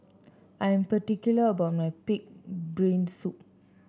I'm particular about my pig brain soup